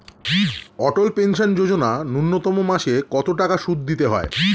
অটল pension যোজনা ন্যূনতম মাসে কত টাকা সুধ দিতে হয়?